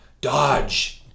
dodge